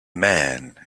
man